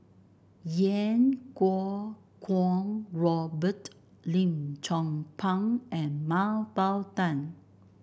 Iau Kuo Kwong Robert Lim Chong Pang and Mah Bow Tan